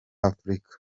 afurika